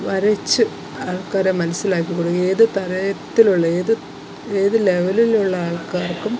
വരച്ച് ആൾക്കാരെ മനസ്സിലാക്കി കൊടുക്കുക ഏത് തരേത്തിലുള്ള ഏത് ഏത് ലെവെലിലുള്ള ആൾക്കാർക്കും